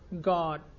God